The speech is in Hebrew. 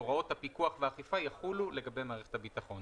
הוראות הפיקוח והאכיפה לגבי מערכת הביטחון.